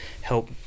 help